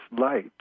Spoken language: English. light